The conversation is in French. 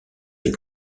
des